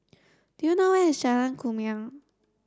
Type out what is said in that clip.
do you know where is Jalan Kumia